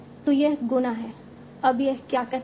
तो यह गुणा है अब यह क्या कहता है